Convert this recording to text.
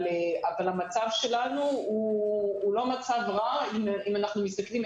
אבל המצב שלנו הוא לא מצב רע אם אנחנו מסתכלים,